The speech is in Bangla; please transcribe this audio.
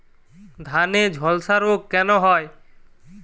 ধানে ঝলসা রোগ কেন হয়?